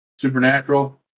supernatural